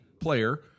player